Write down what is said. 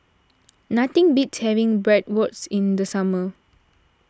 nothing beats having Bratwurst in the summer